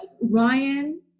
Ryan